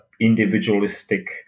individualistic